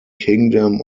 kingdom